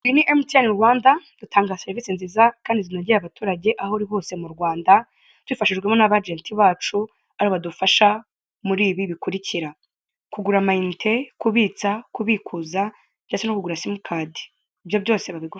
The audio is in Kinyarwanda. Iyi ni emutiyeni Rwanda itanga serivise nziza kandi zinogeye abaturage aho uri hose mu Rwanda tubifashijwemo n'aba aenti bacu aho badufasha muri ibi bikurikira: kugura amayinite, kubitsa, kubikuza ndetse no kugura simukadi ibyo byose babigufasha.